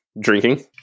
Drinking